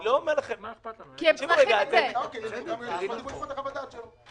אני מבקש גם חוות דעת שלו.